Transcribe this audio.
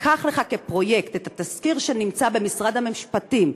קח לך כפרויקט את התזכיר שנמצא במשרד המשפטים,